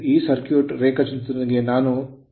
ಆ ಸರ್ಕ್ಯೂಟ್ ರೇಖಾಚಿತ್ರದೊಂದಿಗೆ ನಾನು ನಂತರ ತೋರಿಸುತ್ತೇನೆ